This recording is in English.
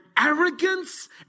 arrogance